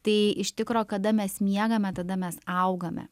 tai iš tikro kada mes miegame tada mes augame